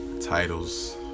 titles